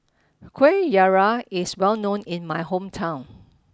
Kuih Syara is well known in my hometown